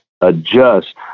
adjust